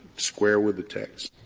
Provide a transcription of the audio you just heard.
square with the text.